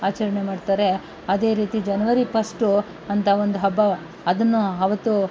ಆಚರಣೆ ಮಾಡ್ತಾರೆ ಅದೇ ರೀತಿ ಪಸ್ಟು ಅಂತ ಒಂದು ಹಬ್ಬ ಅದನ್ನು ಅವತ್ತು